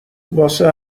واسه